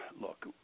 look